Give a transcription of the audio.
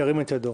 ירים את ידו.